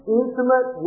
intimate